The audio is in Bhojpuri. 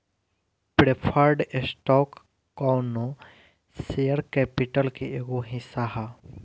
प्रेफर्ड स्टॉक कौनो शेयर कैपिटल के एगो हिस्सा ह